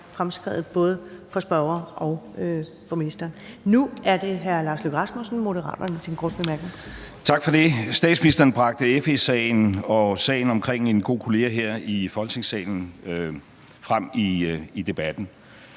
fremskreden, både for spørgeren og for ministeren. Nu er det hr. Lars Løkke Rasmussen, Moderaterne, til en kort bemærkning. Kl. 22:35 Lars Løkke Rasmussen (M) : Tak for det. Statsministeren bragte FE-sagen og sagen omkring en god kollega her i Folketingssalen frem i debatten.